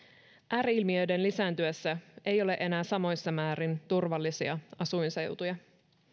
ääri ilmiöiden lisääntyessä ei ole enää samoissa määrin turvallisia asuinseutuja